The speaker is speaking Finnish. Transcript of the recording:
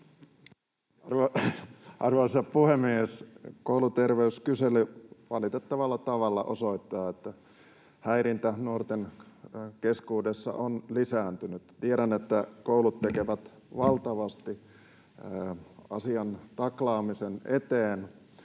Arvoisa puhemies! Kouluterveyskysely valitettavalla osoittaa, että häirintä nuorten keskuudessa on lisääntynyt. Tiedän, että koulut tekevät valtavasti asian taklaamisen eteen,